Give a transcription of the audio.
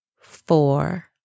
four